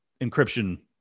Encryption